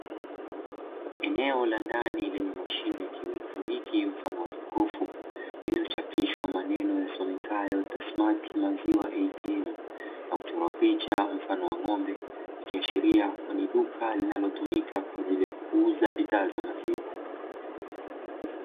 Eneo la ndani lenye mashine ya kieletroniki mfano wa jokofu iliyochapishwa maneno yasomekayo "tassmat maziwa ATM,", na kuchorwa picha mfano wa ng'ombe ikiashiria kuwa ni duka linalotumika kwa ajili ya kuuza bidhaa za maziwa.